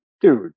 Dude